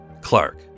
Clark